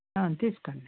తీస్తాను లేండి